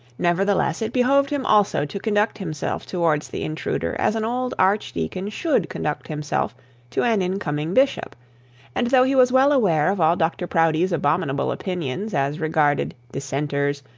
nevertheless, it behoved him also to conduct himself towards the intruder as an old archdeacon should conduct himself to an incoming bishop and though he was well aware of all dr proudie's abominable opinions as regarded dissenters,